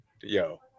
Yo